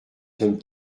sommes